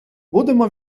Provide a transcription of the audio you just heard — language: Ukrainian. будемо